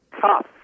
tough